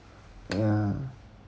ya